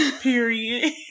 period